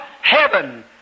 heaven